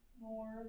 more